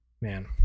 Man